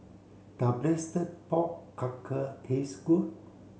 does braised pork taste good